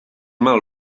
mal